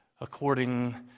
according